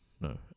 No